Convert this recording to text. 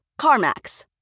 CarMax